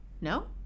No